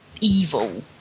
evil